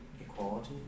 Equality